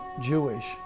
Jewish